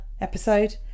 episode